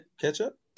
ketchup